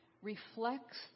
reflects